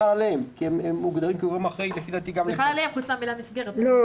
חייב להכין בקשר למסגרת לפי תקנות אלה,